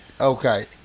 Okay